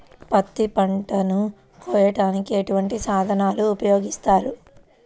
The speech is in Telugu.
పత్తి పంటను కోయటానికి ఎటువంటి సాధనలు ఉపయోగిస్తారు?